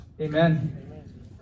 Amen